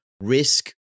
risk